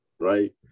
right